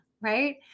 right